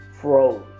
froze